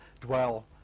dwell